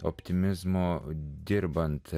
optimizmo dirbant